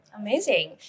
Amazing